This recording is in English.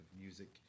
music